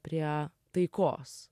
prie taikos